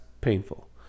painful